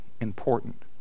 important